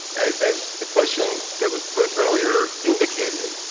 as as the question that was put earlier indicated,